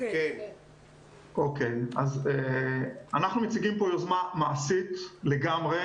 אנחנו מציגים פה יוזמה מעשית לגמרי